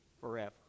forever